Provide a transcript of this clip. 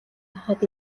харахад